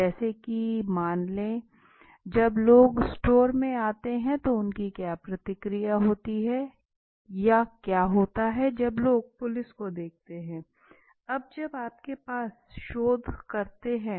जैसे की मान लें कि जब लोग स्टोर में आते हैं तो उनकी क्या प्रतिक्रिया होती है या क्या होता है जब लोग पुलिस को देखते हैं